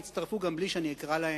הם יצטרפו גם בלי שאני אקרא להם.